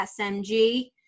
smg